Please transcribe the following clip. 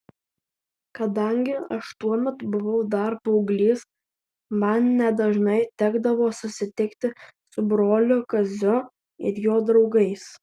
kadangi aš tuomet buvau dar paauglys man nedažnai tekdavo susitikti su broliu kaziu ir jo draugais